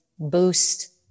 boost